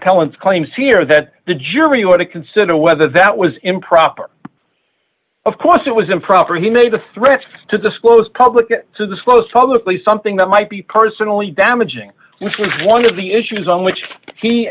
appellant claims here that the jury were to consider whether that was improper of course it was improper he made the threat to disclose publicly to disclose probably something that might be personally damaging which is one of the issues on which he